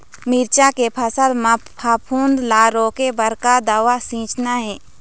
मिरचा के फसल म फफूंद ला रोके बर का दवा सींचना ये?